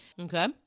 Okay